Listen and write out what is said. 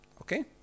Okay